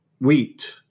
wheat